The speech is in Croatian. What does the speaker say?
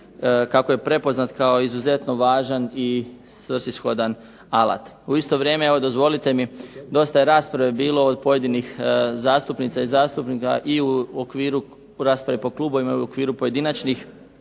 kako je prepoznat kao izuzetno važan i svrsishodan alat. U isto vrijeme dozvolite mi dosta je rasprave bilo od pojedinih zastupnika i zastupnica i u okviru rasprave